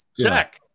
Check